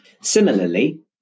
Similarly